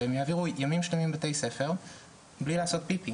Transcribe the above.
והם יעבירו ימים שלמים בבתי ספר ללא להתפנות.